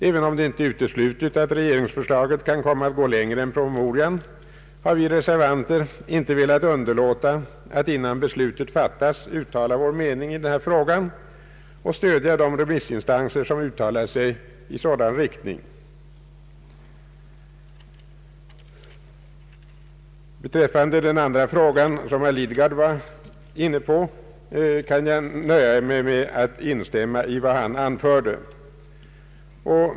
Även om det inte är uteslutet att regeringsförslaget kan komma att gå längre än promemorian, har vi reservanter inte velat underlåta att innan beslutet fattats uttala vår mening i denna fråga och stödja de remissinstanser som har uttalat sig i sådan riktning. Beträffande den andra fråga som herr Lidgard var inne på kan jag nöja mig med att instämma i vad han anförde.